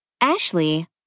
Ashley